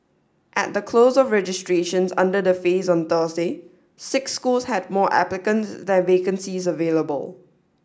at the close of registrations under the phase on Tuesday six schools had more applicants than vacancies available